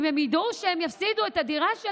אם הם ידעו שהם יפסידו את הדירה,